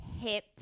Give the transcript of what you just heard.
hip